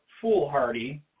foolhardy